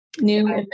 New